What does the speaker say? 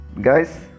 Guys